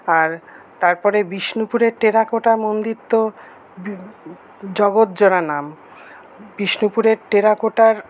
আর তারপরে বিষ্ণুপুরে টেরাকোটা মন্দির তো জগত জোড়া নাম বিষ্ণুপুরের টেরাকোটার